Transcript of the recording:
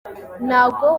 ntago